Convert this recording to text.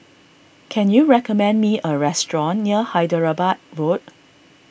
can you recommend me a restaurant near Hyderabad Road